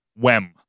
Wem